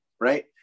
right